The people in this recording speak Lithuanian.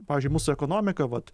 pavyzdžiui mūsų ekonomika vat